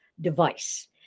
device